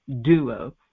Duo